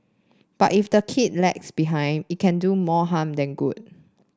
but if the kid lags behind it can do more harm than good